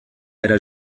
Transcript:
era